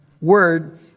word